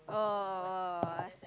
oh oh oh